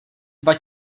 dva